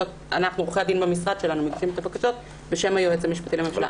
ועורכי הדין במשרד שלנו מגישים את הבקשות בשם היועץ המשפטי לממשלה.